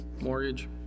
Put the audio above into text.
Mortgage